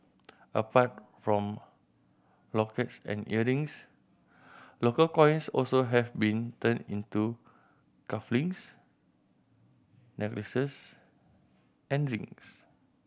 apart from lockets and earrings local coins also have been turned into cuff links necklaces and rings